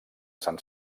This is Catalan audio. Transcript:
sant